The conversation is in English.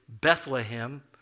Bethlehem